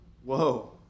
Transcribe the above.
Whoa